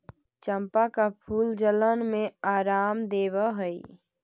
चंपा का फूल जलन में आराम देवअ हई